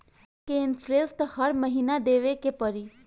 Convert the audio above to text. Loan के interest हर महीना देवे के पड़ी?